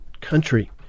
country